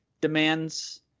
demands